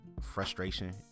frustration